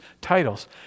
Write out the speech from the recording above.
titles